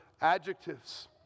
adjectives